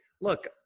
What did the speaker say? look